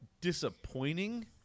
disappointing